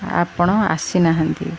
ଆପଣ ଆସିନାହାନ୍ତି